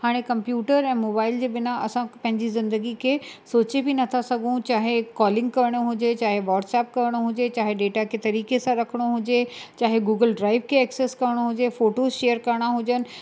हाणे कंप्यूटर ऐं मोबाइल जे बिना असां पंहिंजी ज़िंदगी खे सोचे बि नथा सघूं चाहे कॉलिंग करिणो हुजे चाहे वॉट्सप करिणो हुजे चाहे डेटा खे तरीक़े सां रखिणो हुजे चाहे गूगल ड्राइव खे एक्सिस करिणो हुजे फोटोस शेयर करिणा हुजनि